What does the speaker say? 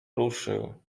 ruszył